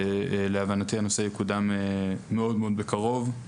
ולהבנתי הנושא יקודם מאוד מאוד בקרוב.